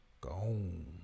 gone